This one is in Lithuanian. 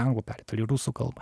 anglų pereit ar į rusų kalbą